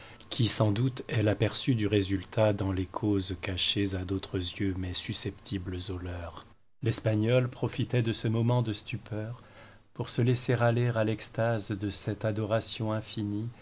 qui sans doute est l'aperçu du résultat dans les causes cachées à d'autres yeux mais perceptibles aux leurs l'espagnole profitait de ce moment de stupeur pour se laisser aller à l'extase de cette adoration infinie